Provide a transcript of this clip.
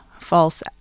false